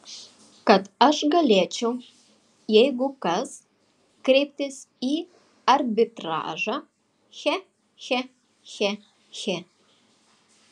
kad aš galėčiau jeigu kas kreiptis į arbitražą che che che che